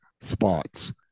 spots